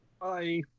Bye